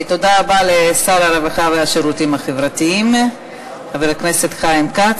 תודה רבה לשר הרווחה והשירותים החברתיים חבר הכנסת חיים כץ.